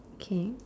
kay